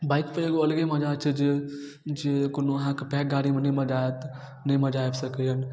बाइकपर एगो अलगे मजा छै जे जे कोनो अहाँके पैघ गाड़ीमे नहि मजा आएत नहि मजा आबि सकैए